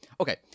okay